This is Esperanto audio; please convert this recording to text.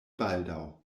baldaŭ